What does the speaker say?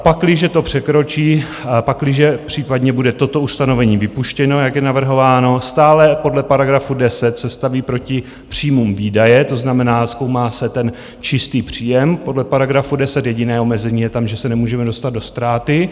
Pakliže to překročí, pakliže případně bude toto ustanovení vypuštěno, jak je navrhováno, stále podle paragrafu 10 se staví proti příjmům výdaje, to znamená, zkoumá se ten čistý příjem podle paragrafu 10, jediné omezení je tam, že se nemůžeme dostat do ztráty.